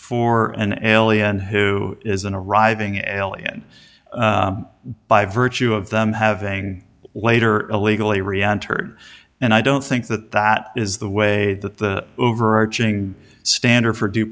for an alien who isn't arriving eliane by virtue of them having later illegally rianne tired and i don't think that that is the way that the overarching standard for due